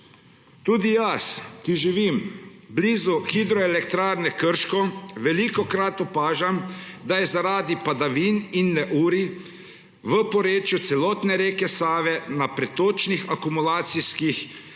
Tudi jaz, ki živim blizu Hidroelektrarne Krško, velikokrat opažam, da je zaradi padavin in neurij v porečju celotne reke Save na pretočnih akumulacijskih